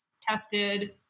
tested